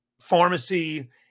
pharmacy